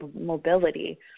mobility